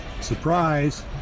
surprise